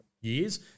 years